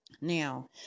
Now